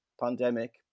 pandemic